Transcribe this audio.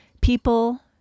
people